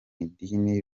idini